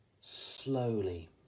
slowly